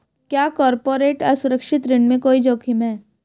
क्या कॉर्पोरेट असुरक्षित ऋण में कोई जोखिम है?